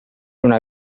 una